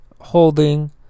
holding